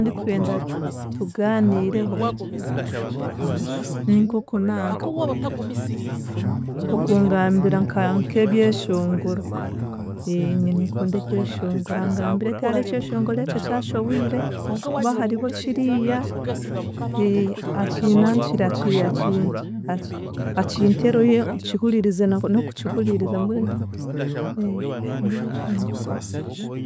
Ndikwenda tugaaniireho shi nink'okunanka okungambira nka nk'ebyeshongoro. Ninkunda ebyeshongoro angambire ku hariho eky'eshongoro eki ekyashohwire kuba hariho kiriiya akiinankire aki- aki- aki- akinteereyo nkihuririze n'okukihuririza mbwenu.